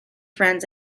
friends